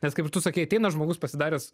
nes kaip ir tu sakei ateina žmogus pasidaręs